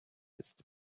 ist